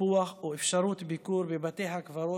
טיפוח ואפשרות ביקור בבתי הקברות,